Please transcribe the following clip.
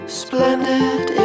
splendid